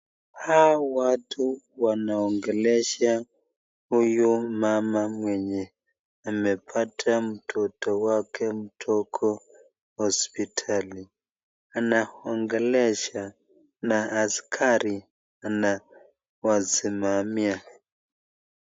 Hawa watu wanaongelesha huyu mama mwenye amepata mtoto wake mdogo hospitali. Anaongelesha na askari na wasimamia.